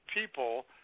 people